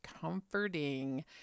comforting